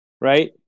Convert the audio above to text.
right